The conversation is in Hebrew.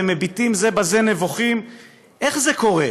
והם מביטים זה בזה נבוכים / איך זה קורה?